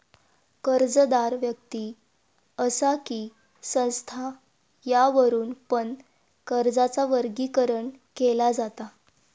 कर्जदार व्यक्ति असा कि संस्था यावरुन पण कर्जाचा वर्गीकरण केला जाता